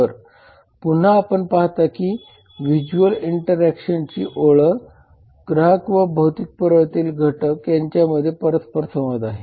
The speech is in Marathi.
तर पुन्हा आपण पाहता की व्हिज्युअल इंटरॅक्शनची ओळ ग्राहक व भौतिक पुराव्यातील घटक यांच्यामध्ये परस्पर संवाद आहे